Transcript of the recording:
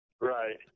Right